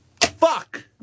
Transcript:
Fuck